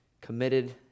committed